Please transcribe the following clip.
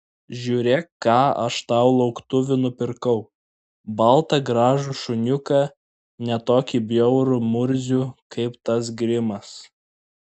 žiūrėk ką aš tau lauktuvių nupirkau baltą gražų šuniuką ne tokį bjaurų murzių kaip tas grimas